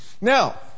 Now